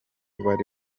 bari